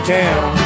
town